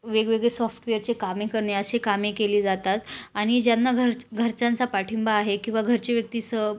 वेगवेगळे सॉफ्टवेअरचे कामे करणे असे कामे केली जातात आणि ज्यांना घरच घरच्यांचा पाठिंबा आहे किंवा घरचे व्यक्ती सं